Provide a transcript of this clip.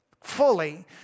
fully